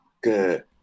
good